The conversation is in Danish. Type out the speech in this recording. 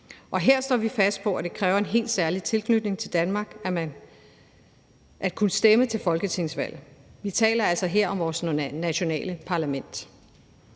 Og her står vi fast på, at det kræver en helt særlig tilknytning til Danmark at kunne stemme til folketingsvalg. Vi taler altså her om vores nationale parlament.